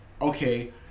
okay